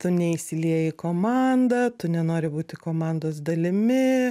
tu neįsilieji į komandą tu nenori būti komandos dalimi